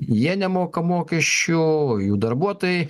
jie nemoka mokesčių o jų darbuotojai